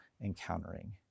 encountering